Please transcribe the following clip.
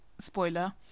spoiler